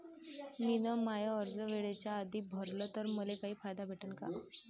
मिन माय कर्ज वेळेच्या आधी भरल तर मले काही फायदा भेटन का?